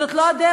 זאת לא הדרך.